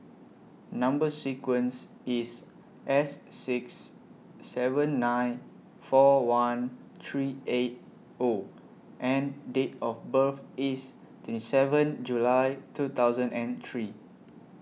Number sequence IS S six seven nine four one three eight O and Date of birth IS twenty seven July two thousand and three